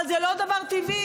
אבל זה לא דבר טבעי,